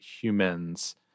humans